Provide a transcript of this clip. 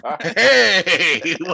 hey